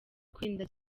kwirinda